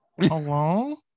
Hello